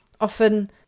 often